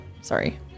Sorry